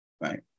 right